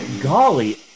golly